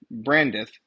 brandeth